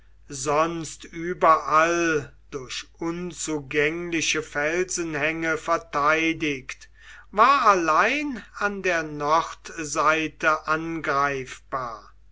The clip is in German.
sonst überall durch unzugängliche felsenhänge verteidigt war allein an der nordseite angreifbar